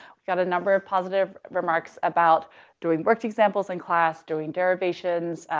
we've got a number of positive remarks about doing worked examples in class, doing derivations.